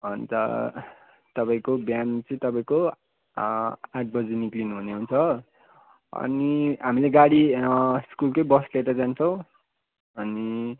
अन्त तपाईँको बिहान चाहिँ तपाईँको आठ बजे निक्लिनु हुने हुन्छ हो अनि हामीले गाडी स्कुलकै बस लिएर जान्छौँ अनि